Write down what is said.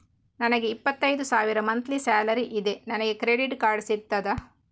ನನಗೆ ಇಪ್ಪತ್ತೈದು ಸಾವಿರ ಮಂತ್ಲಿ ಸಾಲರಿ ಇದೆ, ನನಗೆ ಕ್ರೆಡಿಟ್ ಕಾರ್ಡ್ ಸಿಗುತ್ತದಾ?